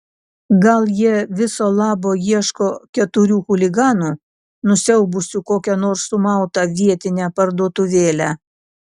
gal jie viso labo ieško keturių chuliganų nusiaubusių kokią nors sumautą vietinę parduotuvėlę